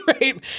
right